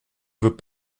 veux